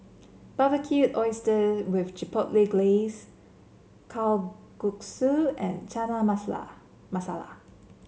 Barbecued Oyster with Chipotle Glaze Kalguksu and Chana Masala Masala